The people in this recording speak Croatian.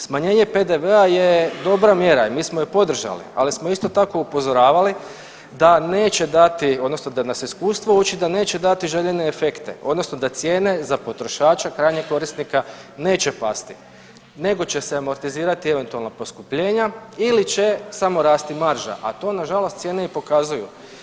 Smanjenje PDV-a je dobra mjera i mi smo je podržali, ali smo isto tako upozoravali da neće dati odnosno da nas iskustvo uči da neće dati željene efekte odnosno da cijene za potrošača krajnjeg korisnika neće pasti nego će se amortizirati eventualno poskupljenja ili će samo rasti marža, a to nažalost cijene i pokazuju.